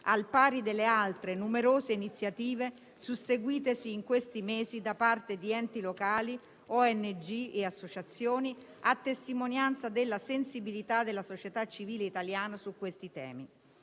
al pari delle altre numerose iniziative susseguitesi in questi mesi da parte di enti locali, ONG e associazioni, a testimonianza della sensibilità della società civile italiana su questi temi;